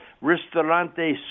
Ristorante